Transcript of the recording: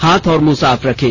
हाथ और मुंह साफ रखें